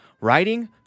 writing